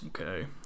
okay